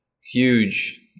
huge